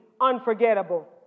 unforgettable